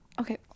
Okay